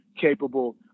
capable